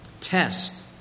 test